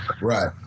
Right